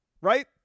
right